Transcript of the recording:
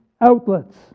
outlets